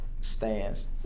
stands